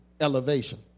elevation